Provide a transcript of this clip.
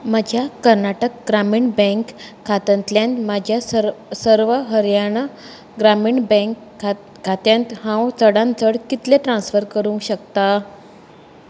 म्हज्या कर्नाटक ग्रामीण बँक खात्यांतल्यान म्हज्या सर्व हरियाणा ग्रामीण बँक खात्यांत हांव चडांत चड कितले ट्रान्स्फर करूंक शकता